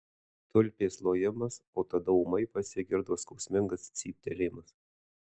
tulpės lojimas o tada ūmai pasigirdo skausmingas cyptelėjimas